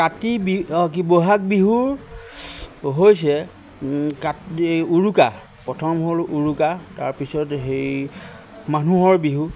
কাতি বিহু অ কি ব'হাগ বিহুৰ হৈছে উৰুকা প্ৰথম হ'ল উৰুকা তাৰপিছত সেই মানুহৰ বিহু